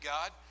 God